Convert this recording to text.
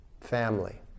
family